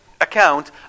account